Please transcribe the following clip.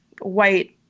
white